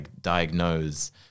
diagnose